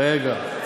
רגע.